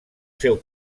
seu